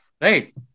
right